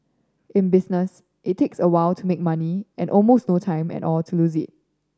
in business it takes a while to make money and almost no time at all to lose it